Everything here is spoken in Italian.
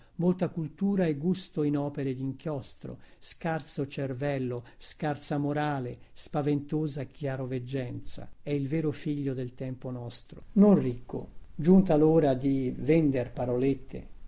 molta cultura e gusto in opere dinchiostro scarso cervello scarsa morale spaventosa chiaroveggenza è il vero figlio del tempo nostro non ricco giunta l'ora di vender parolette